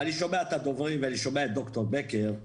אבל, אני שומע את הדוברים ואני שומע את ד"ר בקר.